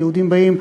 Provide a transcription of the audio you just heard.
"היהודים באים",